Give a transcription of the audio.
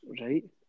Right